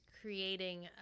creating